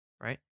right